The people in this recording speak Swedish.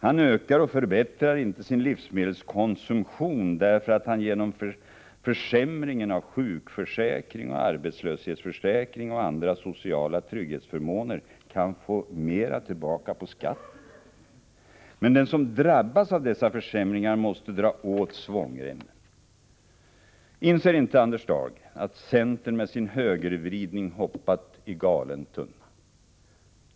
Han ökar och förbättrar inte sin livsmedelskonsumtion, därför att han genom försämringen av sjukförsäkring och arbetslöshetsförsäkring och andra sociala trygghetsförmåner kan få mera tillbaka på skatten. Men den som drabbas av dessa försämringar måste dra åt svångremmen. Inser inte Anders Dahlgren att centern med sin högervridning hoppat i galen tunna?